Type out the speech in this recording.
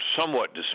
somewhat